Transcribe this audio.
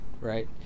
right